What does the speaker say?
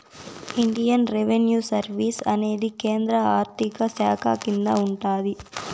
Indian revenue service అనేది కేంద్ర ఆర్థిక శాఖ కింద ఉంటాది